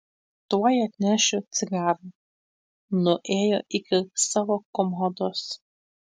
tuoj atnešiu cigarų nuėjo iki savo komodos